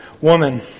woman